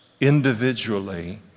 individually